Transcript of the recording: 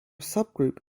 subgroup